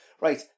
Right